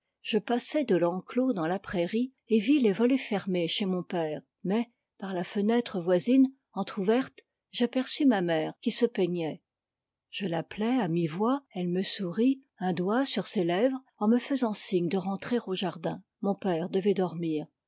je passai de l'enclos dans la prairie et vis les volets fermés chez mon père mais par la fenêtre voisine entr'ouverte j'aperçus ma mère qui se peignait je l'appelai à mi-voix elle me sourit un doigt sur ses lèvres en me faisant signe de rentrer au jardin mon père devait dormir